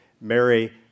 Mary